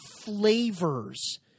flavors